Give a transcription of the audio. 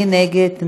מי נגד?